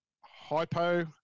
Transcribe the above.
hypo